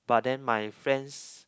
but then my friends